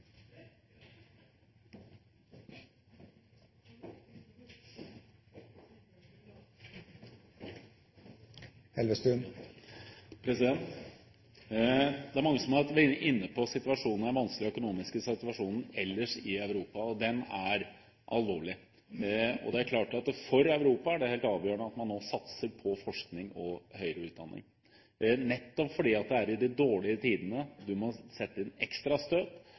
alvorlig. Det er klart at for Europa er det helt avgjørende at man nå satser på forskning og høyere utdanning nettopp fordi det er i de dårlige tidene du må sette inn ekstra støt